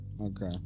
Okay